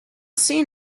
seen